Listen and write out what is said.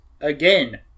Again